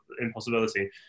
impossibility